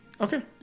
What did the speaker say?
Okay